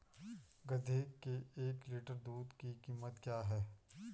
गधे के एक लीटर दूध की कीमत क्या है?